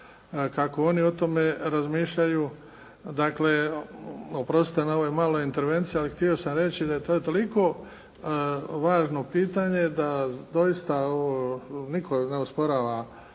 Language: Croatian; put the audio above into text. kako oni o tome razmišljaju. Dakle, oprostite na ovoj maloj intervenciji. Ali htio sam reći da je to toliko važno pitanje, da doista nitko ne osporava